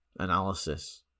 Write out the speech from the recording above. analysis